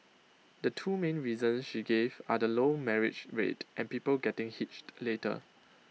the two main reasons she gave are the low marriage rate and people getting hitched later